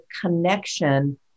connection